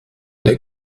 der